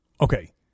Okay